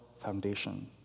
foundation